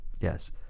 Yes